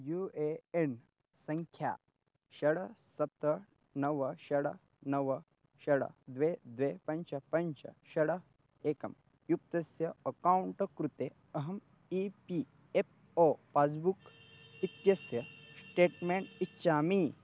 you A N सङ्ख्या षट् सप्त नव षट् नव षट् द्वे द्वे पञ्च पञ्च षट् एकं युक्तस्य अकौण्ट् कृते अहम् E P F O passbook इत्यस्य श्टेट्मेण्ट् इच्छामि